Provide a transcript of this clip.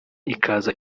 ikaza